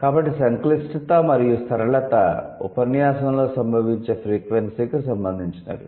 కాబట్టి సంక్లిష్టత మరియు సరళత ఉపన్యాసంలో సంభవించే ఫ్రీక్వెన్సీకి సంబంధించినదివి